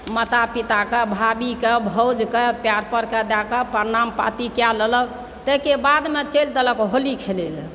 माता पिताकेँ भाभीकेँ भाउजकेँ पएर परके दए कऽ प्रणाम पाति कए लेलक ताहिके बादमे चलि देलक होली खेलय लेल